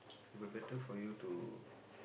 it'll better for you to